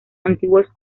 antiguos